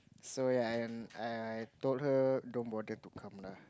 so ya I and I told her don't bother to come lah